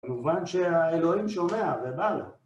במובן שהאלוהים שומע ובא לו.